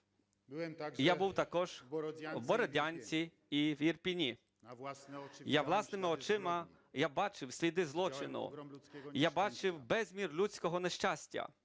я був також в Бородянці і в Ірпені. Я власними очима, я бачив сліди злочину, я бачив безмір людського нещастя